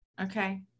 Okay